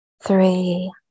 three